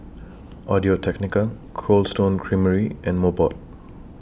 Audio Technica Cold Stone Creamery and Mobot